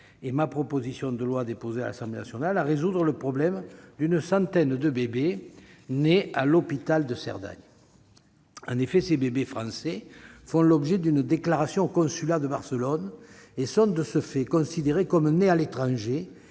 et la proposition de loi que j'avais déposée à l'Assemblée nationale, à résoudre le problème posé par la naissance d'une centaine de bébés français à l'hôpital de Cerdagne. En effet, ces bébés français font l'objet d'une déclaration au consulat de Barcelone et sont, de ce fait, considérés comme nés à l'étranger